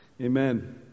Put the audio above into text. Amen